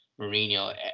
Mourinho